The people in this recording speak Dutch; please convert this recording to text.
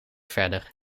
verder